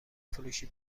فروشی